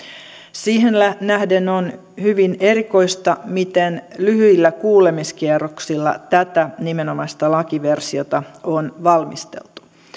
siihen nähden on hyvin erikoista miten lyhyillä kuulemiskierroksilla tätä nimenomaista lakiversiota on valmisteltu